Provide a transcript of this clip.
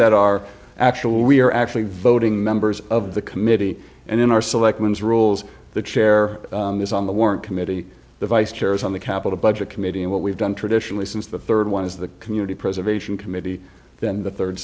that are actual we're actually voting members of the committee and in our selections rules the chair is on the warrant committee the vice chair is on the capitol budget committee and what we've done traditionally since the rd one is the community preservation committee then the